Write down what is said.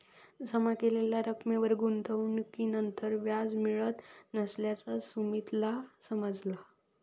जमा केलेल्या रकमेवर मागणीनंतर व्याज मिळत नसल्याचा सुमीतला समजला